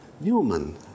Newman